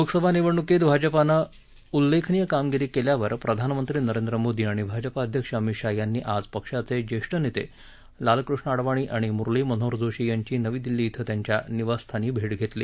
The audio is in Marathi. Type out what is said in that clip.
लोकसभा निवडणुकीत भाजपानं उल्लेखनीय कामगिरी केल्यावर प्रधानमंत्री नरेंद्र मोदी आणि भाजपा अध्यक्ष अमित शाह यांनी आज पक्षाचे ज्येष्ठ नेते लालकृष्ण आडवाणी आणि मुरली मनोहर जोशी यांची नवी दिल्ली क्रि त्यांच्या निवासस्थानी भेक्षेतली